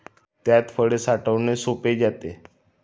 त्यात फळे साठवणे सोपे जाते